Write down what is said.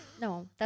no